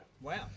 Wow